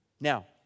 Now